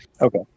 Okay